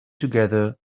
together